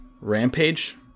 Rampage